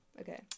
Okay